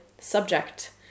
subject